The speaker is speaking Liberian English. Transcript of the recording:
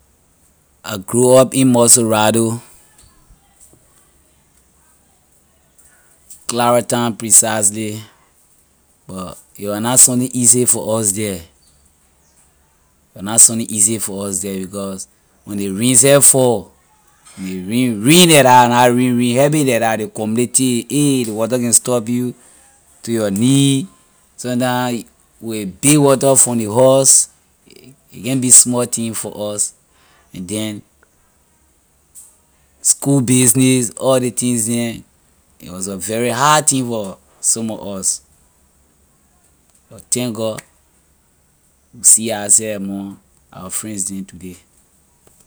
I grow up in montserrado clara town precisely but a was na sunni easy for us the a was not sunni easy for us the because when ley rain she fall when ley rain rain like that when la rain rain heavy like that ley community ley water can stop you to your knee sometime we will beat water from ley house a can’t be small thing for us and then school business all ley things them it was a very hard thing for some of us but thank god we see ourself among our friends neh today.